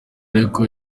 ariko